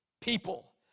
People